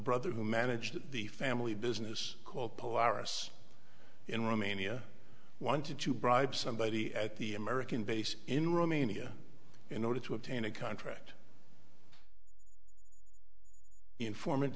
brother who managed the family business called polaris in romania wanted to bribe somebody at the american base in romania in order to obtain a contract informant